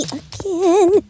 again